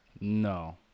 No